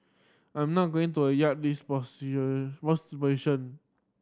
I'm not going to a yield this position most position